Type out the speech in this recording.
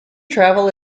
travel